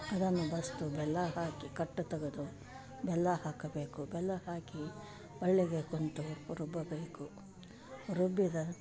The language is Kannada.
ಅದನ್ನು ಬಸ್ದು ಬೆಲ್ಲ ಹಾಕಿ ಕಟ್ ತಗದ ಬೆಲ್ಲ ಹಾಕಬೇಕು ಬೆಲ್ಲ ಹಾಕಿ ಕುಂತು ರುಬ್ಬಬೇಕು ರುಬ್ಬಿದ